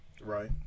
Right